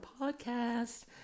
podcast